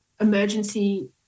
emergency